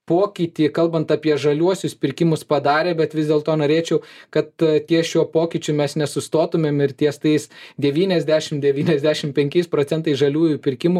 pokytį kalbant apie žaliuosius pirkimus padarė bet vis dėlto norėčiau kad ties šiuo pokyčiu mes nesustotumėm ir ties tais devyniasdešim devynaisdešim penkiais procentais žaliųjų pirkimų